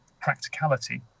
practicality